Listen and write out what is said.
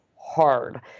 hard